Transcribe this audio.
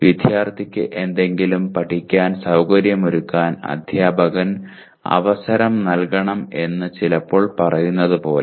വിദ്യാർത്ഥിക്ക് എന്തെങ്കിലും പഠിക്കാൻ സൌകര്യമൊരുക്കാൻ അധ്യാപകൻ അവസരം നൽകണം എന്ന് ചിലപ്പോൾ പറയുന്നത് പോലെ